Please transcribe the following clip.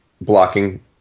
blocking